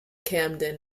camden